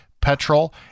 petrol